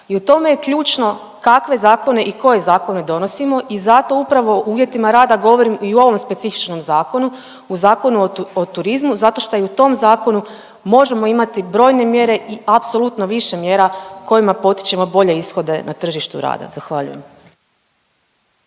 i u tome je ključno kakve zakone i koje zakone donosimo i zato upravo u uvjetima rada govorim i u ovom specifičnom zakonu, u Zakonu o turizmu zato šta i u tom zakonu možemo imati brojne mjere i apsolutno više mjera kojima potičemo bolje ishode na tržištu rada. Zahvaljujem.